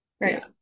right